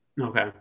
Okay